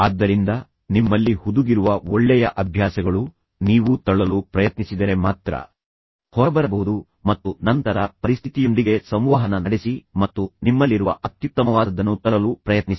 ಆದ್ದರಿಂದ ನಿಮ್ಮಲ್ಲಿ ಹುದುಗಿರುವ ಒಳ್ಳೆಯ ಅಭ್ಯಾಸಗಳು ನೀವು ತಳ್ಳಲು ಪ್ರಯತ್ನಿಸಿದರೆ ಮಾತ್ರ ಹೊರಬರಬಹುದು ಮತ್ತು ನಂತರ ಪರಿಸ್ಥಿತಿಯೊಂದಿಗೆ ಸಂವಹನ ನಡೆಸಿ ಮತ್ತು ನಿಮ್ಮಲ್ಲಿರುವ ಅತ್ಯುತ್ತಮವಾದದ್ದನ್ನು ತರಲು ಪ್ರಯತ್ನಿಸಿ